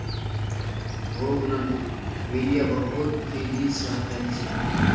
bougainvillea बहुत तेजी स फैल छेक